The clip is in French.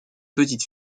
petite